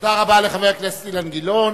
תודה רבה לחבר הכנסת אילן גילאון.